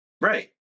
Right